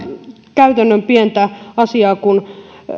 käytännön pientä asiaa kun